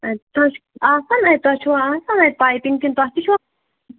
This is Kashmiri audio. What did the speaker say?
اَ تۄہہِ چھُ آسان اَتہِ تۄہہِ چھُوا آسان اَتہِ پایپِنٛگ کِنہٕ تۄہہِ تہِ چھُو